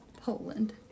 Poland